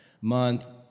month